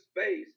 space